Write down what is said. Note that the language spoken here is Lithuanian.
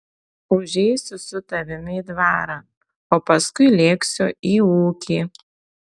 užeisiu su tavimi į dvarą o paskui lėksiu į ūkį